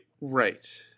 Right